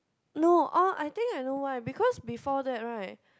no orh I think I know why because before that right